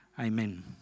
Amen